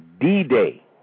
D-Day